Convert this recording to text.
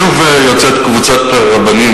שוב יוצאת קבוצת רבנים,